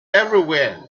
everywhere